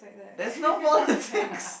there's no politics